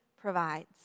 provides